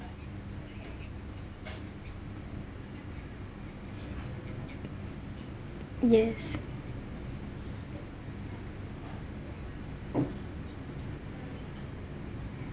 yes